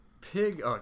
pig